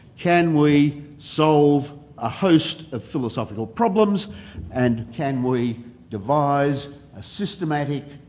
can we solve a host of philosophical problems and can we devise a systematic,